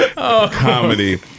comedy